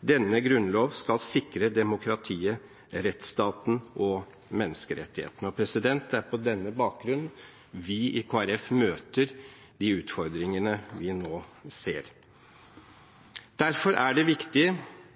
Denne Grunnlov skal sikre demokratiet, rettsstaten og menneskerettighetene.» Det er på denne bakgrunn vi i Kristelig Folkeparti møter de utfordringene vi nå